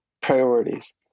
priorities